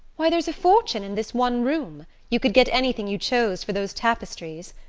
why, there's a fortune in this one room you could get anything you chose for those tapestries.